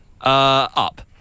Up